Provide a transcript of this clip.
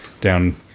down